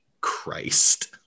Christ